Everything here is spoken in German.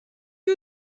sie